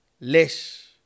less